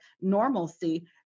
normalcy